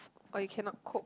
or you cannot cope